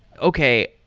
okay,